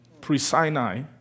pre-Sinai